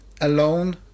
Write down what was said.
alone